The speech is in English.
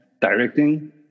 directing